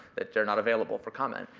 they're not available for comment.